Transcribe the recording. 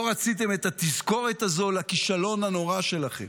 לא רציתם את התזכורת הזו לכישלון הנורא שלכם,